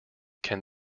can